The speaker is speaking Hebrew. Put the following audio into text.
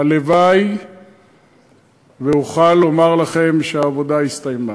הלוואי שאוכל לומר לכם שהעבודה הסתיימה.